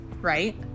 right